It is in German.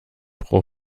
pro